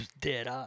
Dead